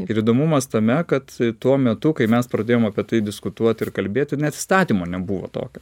ir įdomumas tame kad tuo metu kai mes pradėjom apie tai diskutuoti ir kalbėti net įstatymo nebuvo tokio